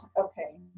okay